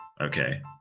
Okay